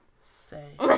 Say